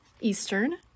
Eastern